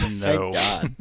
No